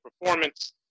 performance